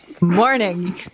Morning